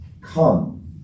come